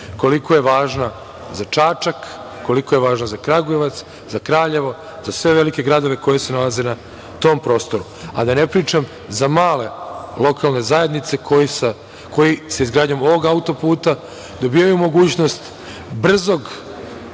koliko je važna za Čačak, koliko je važna za Kragujevac, za Kraljevo, za sve velike gradove koji se nalaze na tom prostoru, a da ne pričam za male lokalne zajednice, koje sa izgradnjom ovog auto-puta dobijaju mogućnost brzog